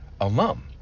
alum